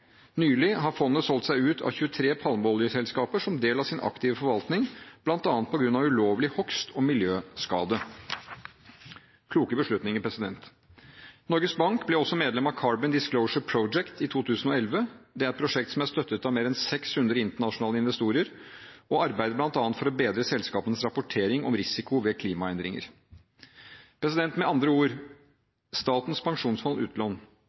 Nylig har fondet solgt seg ut av 23 palmeoljeselskaper som del av sin aktive forvaltning, bl.a. på grunn av ulovlig hogst og miljøskade – kloke beslutninger. Norges Bank ble også medlem av Carbon Disclosure Project i 2011. Det er et prosjekt som er støttet av mer enn 600 internasjonale investorer, og arbeider bl.a. for å bedre selskapenes rapportering om risiko ved klimaendringer. Med andre ord: Statens pensjonsfond